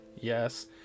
Yes